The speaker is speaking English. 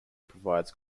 provides